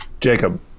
Jacob